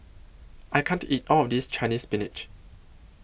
I can't eat All of This Chinese Spinach